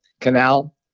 canal